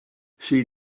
she